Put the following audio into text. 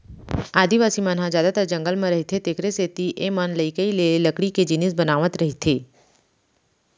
आदिवासी मन ह जादातर जंगल म रहिथे तेखरे सेती एमनलइकई ले लकड़ी के जिनिस बनावत रइथें